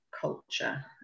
culture